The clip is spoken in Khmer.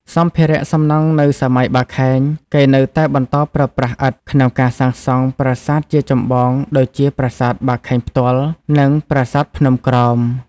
សម្ភារៈសំណង់នៅសម័យបាខែង គេនៅតែបន្តប្រើប្រាស់ ឥដ្ឋ ក្នុងការសាងសង់ប្រាសាទជាចម្បង ដូចជាប្រាសាទបាខែងផ្ទាល់ និងប្រាសាទភ្នំក្រោម។